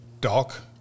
Doc